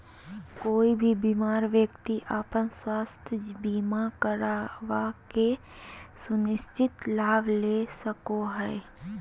कोय भी बीमार व्यक्ति अपन स्वास्थ्य बीमा करवा के सुनिश्चित लाभ ले सको हय